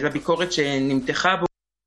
הכשרת עובדים בתחומים הפארה-רפואיים יכולה